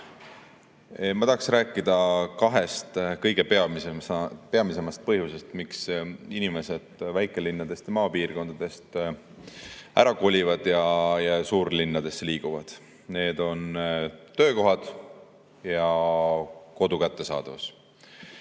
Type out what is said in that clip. Ma tahaksin rääkida kahest kõige peamisest põhjusest, miks inimesed väikelinnadest ja maapiirkondadest ära kolivad ja suurlinnadesse liiguvad. Need [põhjused] on töökohad ja kodu kättesaadavus.